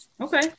okay